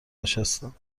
نشستم